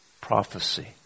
prophecy